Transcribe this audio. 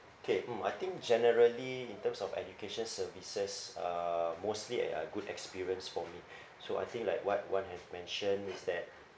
okay mm I think generally in terms of education services uh mostly at uh good experience for me so I think like what Wan have mentioned is that